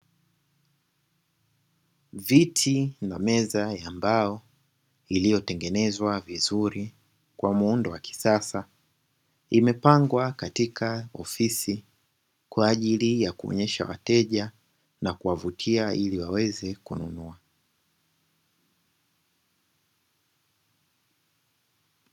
Viti na meza ya mbao iliyotengenezwa vizuri kwa muundo wa kisasa, imepangwa katika ofisi kwa ajili ya kuonyesha wateja na kuvutia ili waweze kununua.